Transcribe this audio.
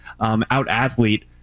out-athlete